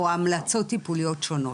או המלצות טיפוליות שונות,